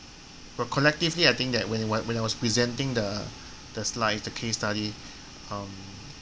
but collectively I think that when I when I was presenting the the slides the case study um